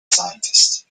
scientist